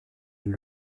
elle